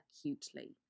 acutely